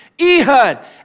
Ehud